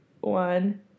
one